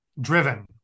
driven